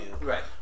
Right